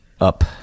up